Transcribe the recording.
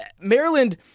Maryland